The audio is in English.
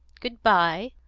good-bye,